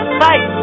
fight